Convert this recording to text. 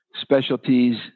specialties